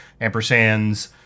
ampersands